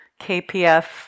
KPF